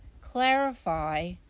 clarify